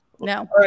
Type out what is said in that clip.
No